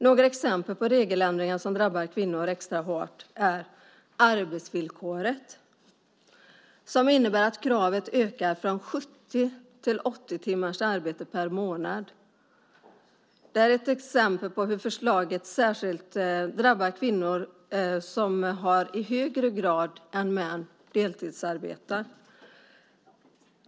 Några exempel på regeländringar som drabbar kvinnor extra hårt är arbetsvillkoret, som innebär att kravet ökar från 70 till 80 timmars arbete per månad. Det är ett exempel på hur förslaget särskilt drabbar kvinnor, som i högre grad än män har deltidsarbete.